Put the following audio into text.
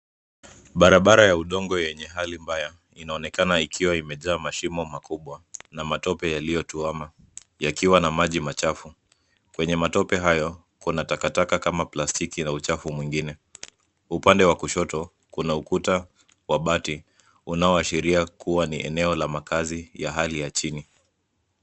Barabara ya udongo yenye hali mbaya inaonekana ikiwa imejaa mashimo makubwa na matope yaliyo tuama yakiwa na maji machafu, kwenye matope hayo kuna takataka kama plastiki na uchafu mwingine upande wa kushoto kuna ukuta wa bati unaoashiria kuwa ni eneo la makazi ya hali ya chini.